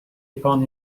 upon